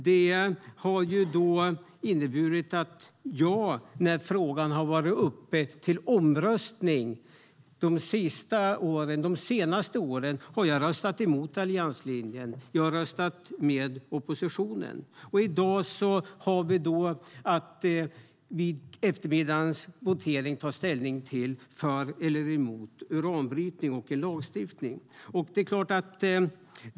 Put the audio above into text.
Det har inneburit att när frågan har varit uppe till omröstning de senaste åren har jag röstat emot allianslinjen. Jag har röstat med oppositionen. I dag ska vi vid eftermiddagens votering ta ställning för eller emot uranbrytning respektive en lagstiftning.